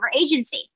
agency